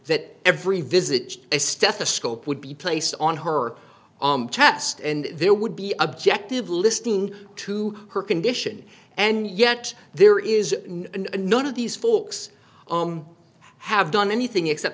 that every visit to a stethoscope would be placed on her chest and there would be objective listening to her condition and yet there is none of these forks have done anything except